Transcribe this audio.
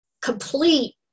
complete